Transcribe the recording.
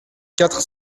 quatre